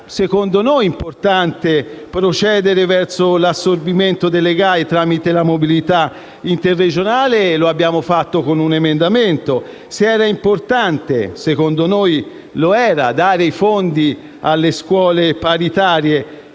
secondo noi lo era - procedere verso l'assorbimento delle gare tramite la modalità interregionale, l'abbiamo fatto con un emendamento; se era importante - secondo noi lo era - dare i fondi alle scuole paritarie